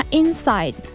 inside